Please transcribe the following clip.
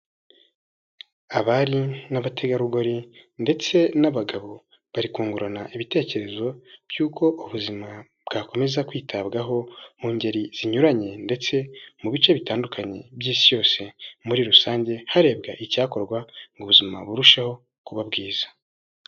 Abari n'abategarugori ndetse n'abagabo bari kungurana ibitekerezo by'uko ubuzima bwakomeza kwitabwaho mu ngeri zinyuranye ndetse mu bice bitandukanye by'isi yose muri rusange, harebwa icyakorwa ngo buzima burusheho kuba bwiza.